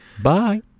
Bye